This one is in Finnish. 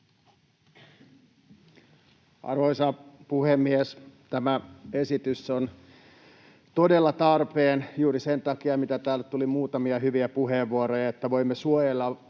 Arvoisa puhemies! Tämä esitys on todella tarpeen juuri sen takia, mitä täällä tuli muutamissa hyvissä puheenvuoroissa, että voimme suojella